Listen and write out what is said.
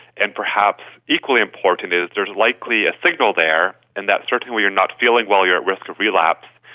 and perhaps equally important is there's likely a signal there in that certainly when you're not feeling well you're at risk of relapse,